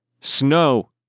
Snow